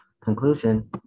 Conclusion